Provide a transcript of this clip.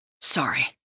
Sorry